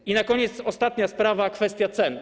I na koniec ostatnia sprawa, kwestia cen.